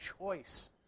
choice